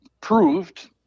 proved